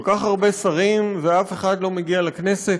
כל כך הרבה שרים ואף אחד לא מגיע לכנסת?